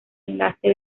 enlace